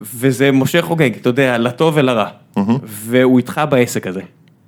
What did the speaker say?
וזה משה חוגג אתה יודע לטוב ולרע והוא איתך בעסק הזה.